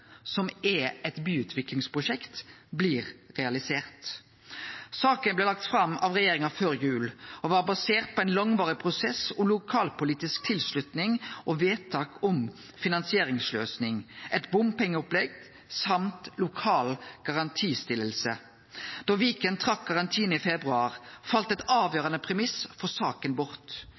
som er eit byutviklingsprosjekt, blir realisert. Saka blei lagd fram av regjeringa før jul og var basert på ein langvarig prosess og lokalpolitisk tilslutning og vedtak om finansieringsløysing, eit bompengeopplegg og lokal garantistilling. Da Viken trekte garantien i februar, fall ein avgjerande premiss for saka bort.